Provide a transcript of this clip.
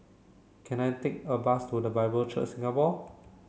can I take a bus to The Bible Church Singapore